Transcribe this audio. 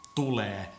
tulee